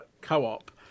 co-op